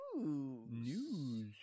News